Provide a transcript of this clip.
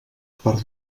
part